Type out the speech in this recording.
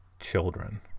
children